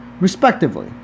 respectively